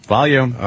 Volume